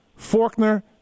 Forkner